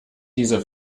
diese